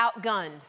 outgunned